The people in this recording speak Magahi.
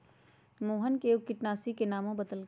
मोहन कै गो किटनाशी के नामो बतलकई